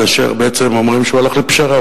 כאשר בעצם אומרים שהוא הלך לפשרה.